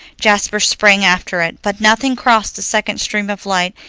jasper sprang after it, but nothing crossed the second stream of light,